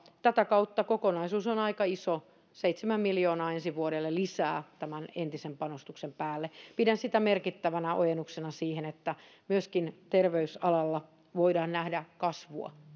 tätä kautta kokonaisuus on aika iso seitsemän miljoonaa ensi vuodelle lisää tämän entisen panostuksen päälle pidän sitä merkittävänä ojennuksena siihen että myöskin terveysalalla voidaan nähdä kasvua